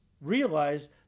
realize